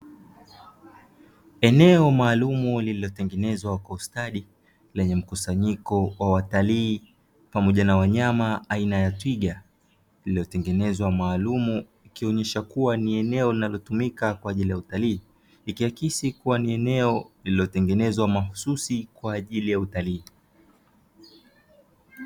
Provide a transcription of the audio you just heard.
Eneo maalumu lililotengenezwa kwa ustadi, lenye mkusanyiko wa watalii pamoja na wanyama aina ya twiga; lililotengenezwa maalumu likionyesha kuwa ni eneo linalotumika kwa ajili ya utalii, ikiakisi kuwa ni eneo lililotengenezwa mahususi kwa ajili ta utalii.